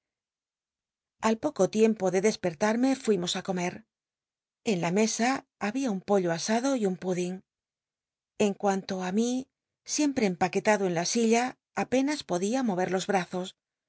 al poco tiem po de despertarmc fuimos ü comer en la mesa habia un pollo asado y un pudding en cuanto mí siempre empaquetado en la silla apenas podia moyer los brazos